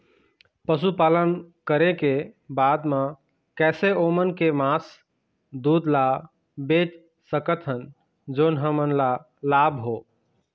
पशुपालन करें के बाद हम कैसे ओमन के मास, दूध ला बेच सकत हन जोन हमन ला लाभ हो?